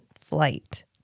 flight